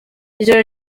ijoro